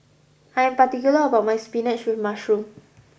I'm particular about my spinach with mushroom